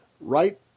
right